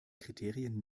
kriterien